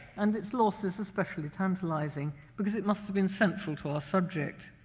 and its loss is especially tantalizing, because it must've been central to our subject.